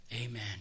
Amen